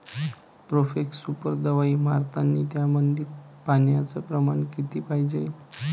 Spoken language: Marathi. प्रोफेक्स सुपर दवाई मारतानी त्यामंदी पान्याचं प्रमाण किती पायजे?